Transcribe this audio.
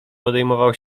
podejmował